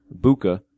Buka